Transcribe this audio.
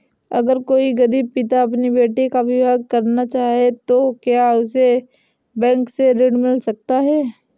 अगर कोई गरीब पिता अपनी बेटी का विवाह करना चाहे तो क्या उसे बैंक से ऋण मिल सकता है?